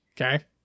Okay